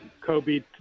Kobe